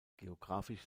geographisch